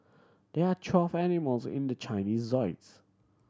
there are twelve animals in the Chinese